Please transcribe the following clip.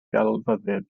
gelfyddyd